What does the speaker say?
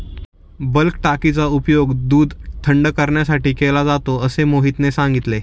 bulk टाकीचा उपयोग दूध थंड करण्यासाठी केला जातो असे मोहितने सांगितले